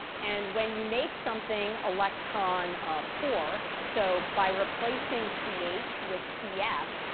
and when you make something electron poor, so by replacing c h with c f,